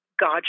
God